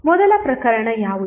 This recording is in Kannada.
ಮೊದಲ ಪ್ರಕರಣ ಯಾವುದು